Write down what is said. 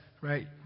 right